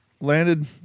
landed